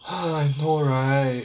I know right